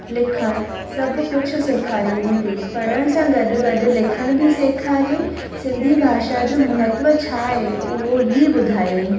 लिखणु सभु कुझु सेखारींदी हुई पढ़णु सां गॾु गॾु लिखणु बि सेखारियाईं सिंधी भाषा जो महत्व छा आहे उहो बि ॿुधायाईं